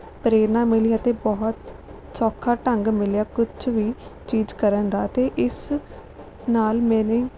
ਪ੍ਰੇਰਨਾ ਮਿਲੀ ਅਤੇ ਬਹੁਤ ਸੌਖਾ ਢੰਗ ਮਿਲਿਆ ਕੁਛ ਵੀ ਚੀਜ਼ ਕਰਨ ਦਾ ਅਤੇ ਇਸ ਨਾਲ ਮੇਰੇ